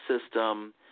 system